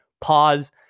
pause